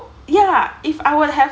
ya if I would have